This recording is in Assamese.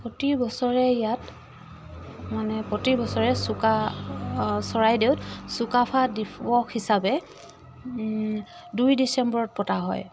প্ৰতি বছৰে ইয়াত মানে প্ৰতি বছৰে চুকা চৰাইদেউত চুকাফা দিৱস হিচাপে দুই ডিচেম্বৰত পতা হয়